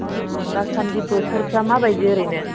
दासान्दि बोथोरफ्रा माबायदि ओरैनो